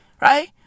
right